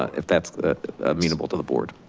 if that's amenable to the board.